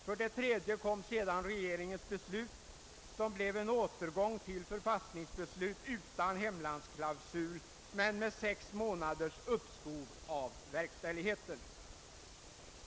För det tredje beslöt regeringen sedermera om återgång till förpassningsbeslutet utan hemlandsklausul men med sex månaders uppskov med verkställigheten.